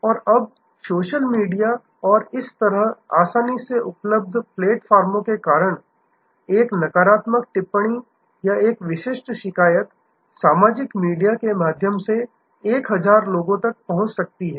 और अब social media और इस तरह के आसानी से उपलब्ध प्लेटफार्मों के कारण एक नकारात्मक टिप्पणी या एक विशिष्ट शिकायत सामाजिक मीडिया के माध्यम से 1000 लोगों तक पहुंच सकती है